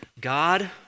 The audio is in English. God